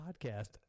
podcast